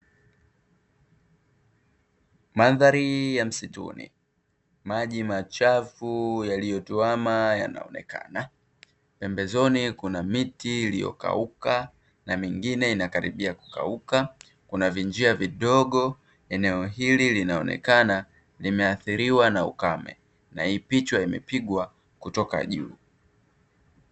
Mandhari ya msituni maji machafu yaliyotuama yanaonekana pembezoni kuna miti iliyo kauka na mingine inakaribia kukauka pamoja na vinjia vidogo eneo hili linaonekana limeathiliwa na ukame, hii picha imepigwa kutoka juu.